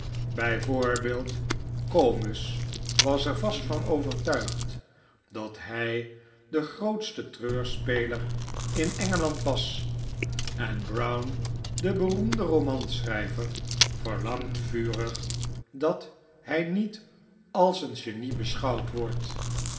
comus was er vast van overtuigd dat hij de grootste treurspelspeler in engeland was en brown de beroemde romanschrijver verlangt vurig dat hij niet als een genie beschouwd wordt